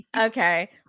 okay